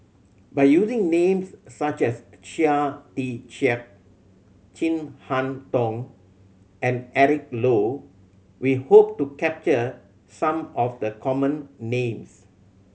by using names such as Chia Tee Chiak Chin Harn Tong and Eric Low we hope to capture some of the common names